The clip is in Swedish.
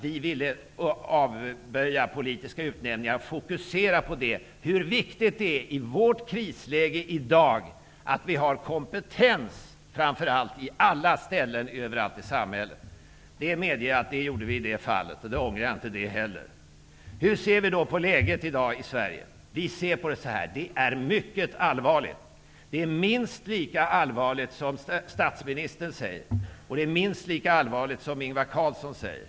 Vi ville förhindra politiska utnämningar och fokusera hur viktigt det är i dagens krisläge att det finns framför allt kompetens på alla ställen i samhället. Hur ser vi då på läget i dag i Sverige? Det är mycket allvarligt. Det är minst lika allvarligt som statsministern och Ingvar Carlsson säger.